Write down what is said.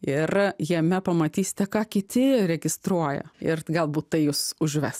ir jame pamatysite ką kiti registruoja ir galbūt tai jus užves